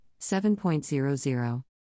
7.00